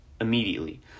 immediately